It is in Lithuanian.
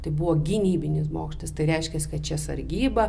tai buvo gynybinis bokštas tai reiškias kad čia sargyba